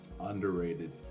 underrated